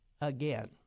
Again